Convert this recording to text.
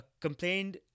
complained